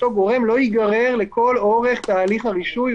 גורם לא ייגרר לכל אורך תהליך הרישוי.